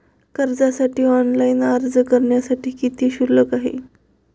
कर्जासाठी ऑनलाइन अर्ज करण्यासाठी किती शुल्क आहे?